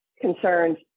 concerns